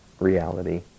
reality